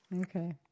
Okay